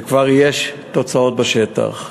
וכבר יש תוצאות בשטח: